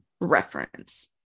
reference